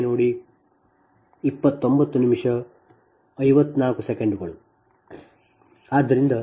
ಆದ್ದರಿಂದ ಇದು ನಿಜಕ್ಕೂ ನಿಮ್ಮ ZBUSNEW